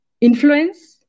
influence